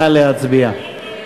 נא להצביע.